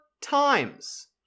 times